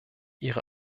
ihre